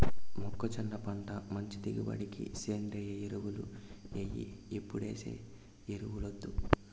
మొక్కజొన్న పంట మంచి దిగుబడికి సేంద్రియ ఎరువులు ఎయ్యి ఎప్పుడేసే ఎరువులొద్దు